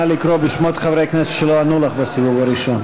נא לקרוא בשמות חברי הכנסת שלא ענו לך בסיבוב הראשון.